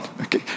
Okay